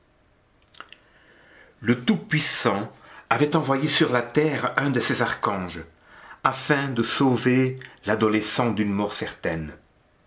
le tout-puissant avait envoyé sur la terre un de ses archanges afin de sauver l'adolescent d'une mort certaine